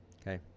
okay